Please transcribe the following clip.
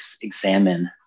examine